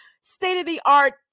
state-of-the-art